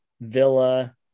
Villa